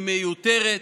היא מיותרת,